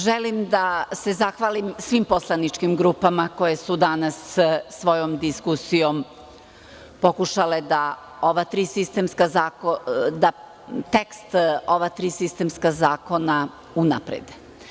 Želim da se zahvalim svim poslaničkim grupama koje su danas svojom diskusijom pokušale da tekst ova tri sistemska zakona unaprede.